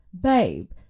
Babe